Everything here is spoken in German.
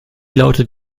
lautet